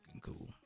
cool